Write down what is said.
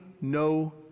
no